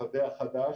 לשדה החדש.